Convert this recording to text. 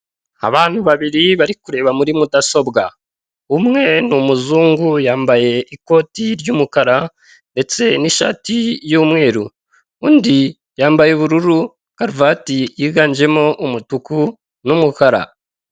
Abantu babiri bari kureba muri mudasobwa. Umwe ni umuzungu, yambaye ikoti ry'umukara ndetse n'ishati y'umweru. Undi yambaye ubururu, karuvati yiganjemo umutuku n'umukara.